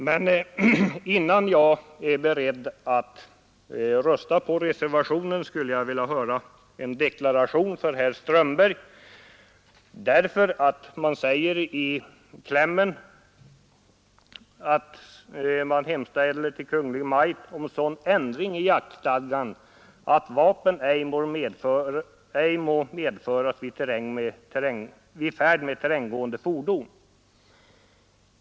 Men innan jag är beredd att göra det skulle jag vilja höra en deklaration från herr Strömberg med anledning av att man i reservationens kläm hemställer om ”sådan ändring i jaktstadgan att vapen ej må medföras vid färd med terrängfordon”.